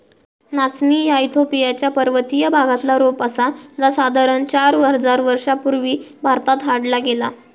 नाचणी ह्या इथिओपिया च्या पर्वतीय भागातला रोप आसा जा साधारण चार हजार वर्षां पूर्वी भारतात हाडला गेला